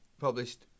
published